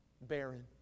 barren